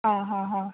आं हां हां